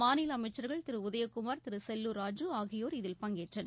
மாநில அமைச்சர்கள் திரு உதயக்குமார் திரு செல்லூர் ராஜூ ஆகியோர் இதில் பங்கேற்றனர்